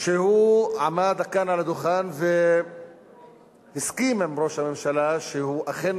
שעמד כאן על הדוכן והסכים עם ראש הממשלה שאכן